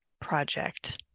project